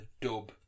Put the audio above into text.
dub